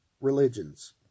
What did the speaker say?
religions